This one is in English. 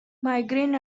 migraine